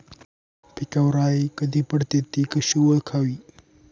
पिकावर अळी कधी पडते, ति कशी ओळखावी?